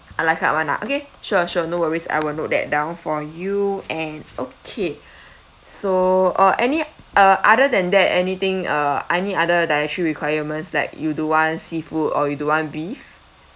ala carte [one] ah okay sure sure no worries I will note that down for you and okay so uh any uh other than that anything uh any other dietary requirements like you don't want seafood or you don't want beef